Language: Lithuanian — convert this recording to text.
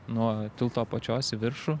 nuo tilto apačios į viršų